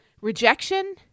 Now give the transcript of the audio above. Rejection